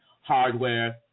Hardware